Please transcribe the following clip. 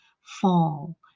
fall